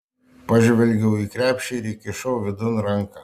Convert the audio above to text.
pažvelgiau į krepšį ir įkišau vidun ranką